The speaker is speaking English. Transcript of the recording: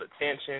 attention